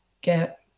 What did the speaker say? get